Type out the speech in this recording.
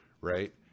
right